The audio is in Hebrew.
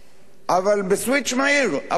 אבל בסוויץ' מהיר, עבר פתאום